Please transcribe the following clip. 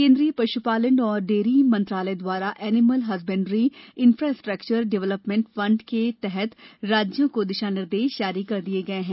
केंद्रीय पशुपालन एवं डेयरी मंत्रालय द्वारा animal husbandry infrastructure development fund के तहत राज्यों को दिशा निर्देश जारी कर दिये गये हैं